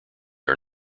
are